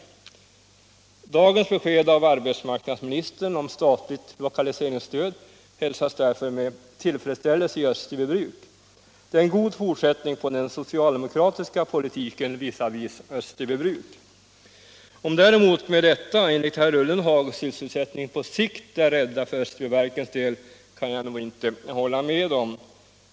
Dagens besked av arbetsmarknadsministern om statligt lokaliseringsstöd hälsas därför med tillfredsställelse i Österbybruk. Det är en god fortsättning på den socialdemokratiska politiken visavi Österbybruk. Att sysselsättningen med detta, enligt herr Ullenhag, på sikt är räddad för Österbyverkens del kan jag nog inte hålla med om.